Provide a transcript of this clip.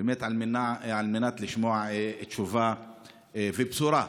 כדי לשמוע תשובה ובשורה.